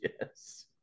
Yes